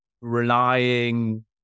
relying